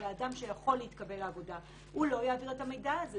ואדם שיכול להתקבל לעבודה לא יעביר את המידע הזה.